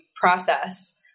process